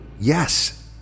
Yes